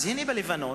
אז הנה, בלבנון